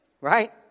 Right